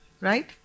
right